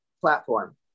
platform